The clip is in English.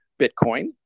Bitcoin